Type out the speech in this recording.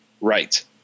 right